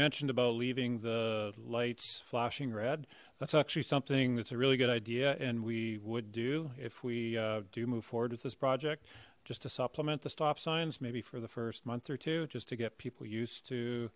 mentioned about leaving the lights flashing red that's actually something that's a really good idea and we would do if we do move forward with this project just to supplement the stop signs maybe for the first month or two just to get people used to